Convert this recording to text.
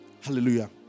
hallelujah